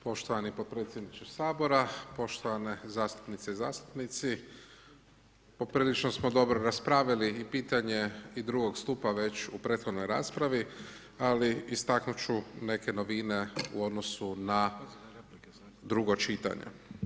Poštovani podpredsjedniče sabora, poštovane zastupnice i zastupnici poprilično smo dobro raspravili i pitanje i drugog stupa već u prethodnoj raspravi, ali istaknut ću neke novine u odnosu na drugo čitanje.